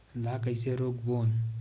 ला कइसे रोक बोन?